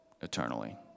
eternally